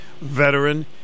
veteran